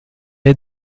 est